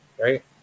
Right